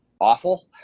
awful